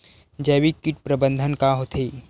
जैविक कीट प्रबंधन का होथे?